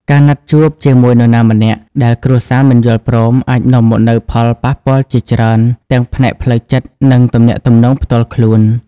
ការណាត់ជួបជាមួយនរណាម្នាក់ដែលគ្រួសារមិនយល់ព្រមអាចនាំមកនូវផលប៉ះពាល់ជាច្រើនទាំងផ្នែកផ្លូវចិត្ត និងទំនាក់ទំនងផ្ទាល់ខ្លួន។